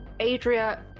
Adria